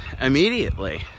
immediately